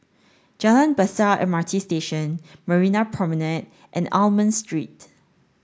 Jalan Besar M R T Station Marina Promenade and Almond Street